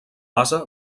base